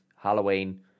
Halloween